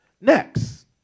Next